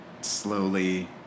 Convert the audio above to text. slowly